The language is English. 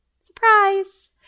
Surprise